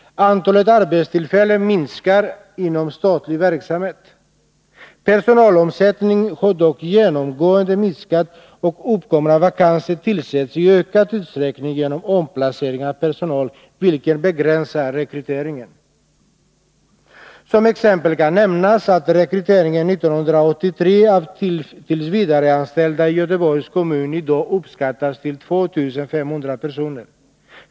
Antalet arbetstillfällen minskar inom statlig verksamhet. Personalomsättningen har dock genomgående minskat, och uppkomna vakanser tillsätts i ökad utsträckning genom omplacering av personal, vilket begränsar rekryteringen. Som exempel kan nämnas att rekryteringen 1983 av tillsvidareanställda i Göteborgs kommun i dag uppskattas till 2 500 personer.